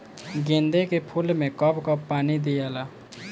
गेंदे के फूल मे कब कब पानी दियाला?